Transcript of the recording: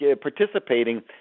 participating